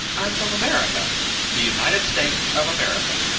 i'm from america the united states of america.